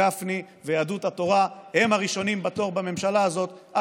גפני ויהדות התורה הם הראשונים בתור בממשלה הזאת.